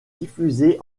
diffusée